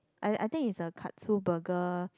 I I think it's a Katsu burger